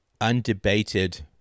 undebated